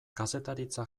kazetaritza